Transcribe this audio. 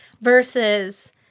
versus